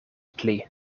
pli